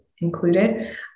included